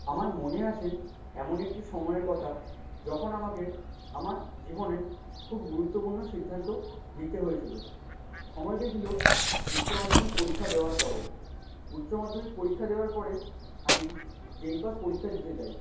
আমার মনে আছে এমন একটি সময়ের কথা যখন আমাকে আমার জীবনে খুব গুরুত্বপূর্ণ সিদ্ধান্ত নিতে হয়েছিলো সময়টা ছিল উচ্চ মাধ্যমিক পরীক্ষা দেওয়ার পরে উচ্চ মাধ্যমিক পরীক্ষা দেওয়ার পরে আমি জেনপাস পরীক্ষা দিতে যাই